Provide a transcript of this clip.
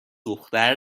دختر